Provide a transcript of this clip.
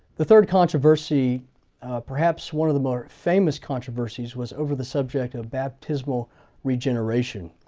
the third controversy perhaps one of the more famous controversies was over the subject of baptismal regeneration.